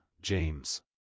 James